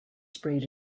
sprayed